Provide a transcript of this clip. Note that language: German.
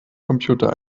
computer